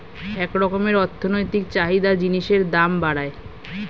এক রকমের অর্থনৈতিক চাহিদা জিনিসের দাম বাড়ায়